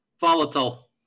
volatile